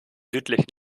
südlichen